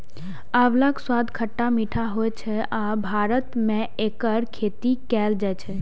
आंवलाक स्वाद खट्टा मीठा होइ छै आ भारत मे एकर खेती कैल जाइ छै